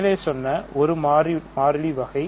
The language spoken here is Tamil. மேலே சொன்னது 1 மாறி வகை